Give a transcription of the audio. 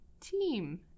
team